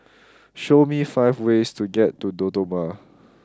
show me five ways to get to Dodoma